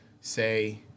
Say